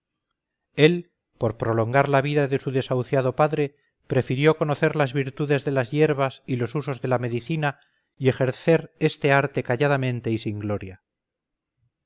él por prolongar la vida de su desahuciado padre prefirió conocer las virtudes de las hierbas y los usos de la medicina y ejercer este arte calladamente y sin gloria